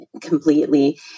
completely